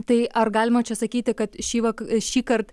tai ar galima sakyti kad šįvakar šįkart